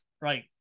Right